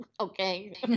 okay